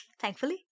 Thankfully